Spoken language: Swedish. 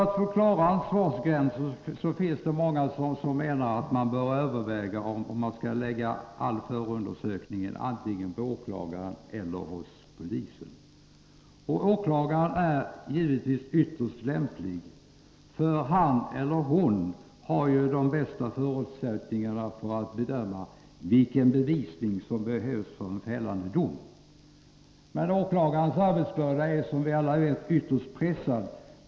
Det finns många som menar att man för att få klara ansvarsgränser bör överväga om man skall lägga all förundersökning antingen hos åklagaren eller hos polisen. Åklagaren är givetvis ytterst lämplig, för han eller hon har jude bästa förutsättningarna för att bedöma vilken bevisning som behövs för en fällande dom. Men åklagarnas arbetssituation är, som vi alla vet, ytterst pressad.